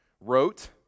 wrote